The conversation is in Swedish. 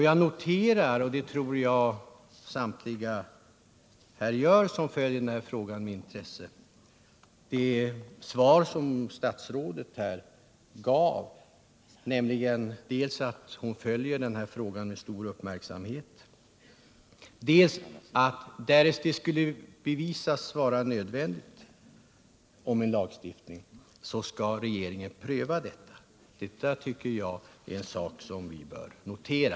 Jag noterade, och det tror jag alla som intresserar sig för den här frågan gjorde, att statsrådet i sitt interpellationssvar sade sig följa frågan med stor uppmärksamhet och att regeringen, om det skulle bevisas vara nödvändigt med en lagstiftning, skall pröva den saken. Detta tycker jag är något som vi bör notera.